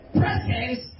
presence